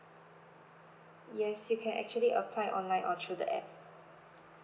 yes you can actually apply online or through the app